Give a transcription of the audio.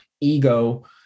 ego